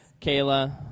Kayla